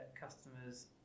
customers